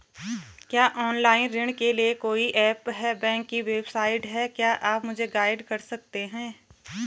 क्या ऑनलाइन ऋण के लिए कोई ऐप या बैंक की वेबसाइट है क्या आप मुझे गाइड कर सकते हैं?